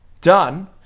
done